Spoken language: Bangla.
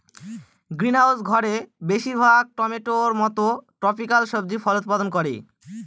গ্রিনহাউস ঘরে বেশির ভাগ টমেটোর মত ট্রপিকাল সবজি ফল উৎপাদন করে